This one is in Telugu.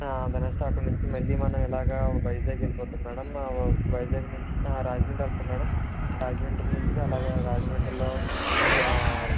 నెక్స్ట్ అక్కడ నుంచి మనం ఇలాగా వైజాగ్ వెళ్ళిపోతాము మేడం వైజాగ్ నుంచి రాజమండ్రి వెళతాము మేడం రాజమండ్రి నుంచి అలాగా రాజమండ్రిలో